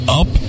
up